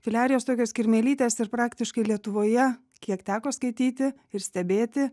filiarijos tokios kirmėlytės ir praktiškai lietuvoje kiek teko skaityti ir stebėti